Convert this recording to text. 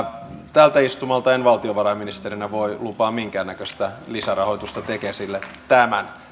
tältä istumalta en valtiovarainministerinä voi luvata minkäänlaista lisärahoitusta tekesille tämän